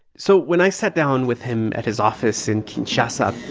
so when i sat down with him at his office in kinshasa,